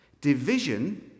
Division